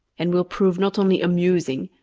and will prove not only amusing,